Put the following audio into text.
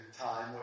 time